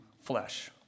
flesh